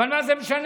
אבל מה זה משנה?